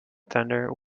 thunder